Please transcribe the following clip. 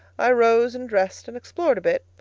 i rose and dressed and explored a bit.